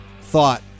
Thought